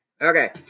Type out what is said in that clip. Okay